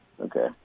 Okay